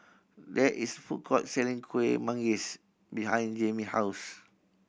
there is food court selling Kuih Manggis behind Jayme house